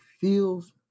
feels